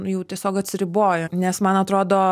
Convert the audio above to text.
jau tiesiog atsiribojo nes man atrodo